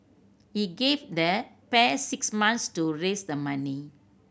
he gave the pair six months to raise the money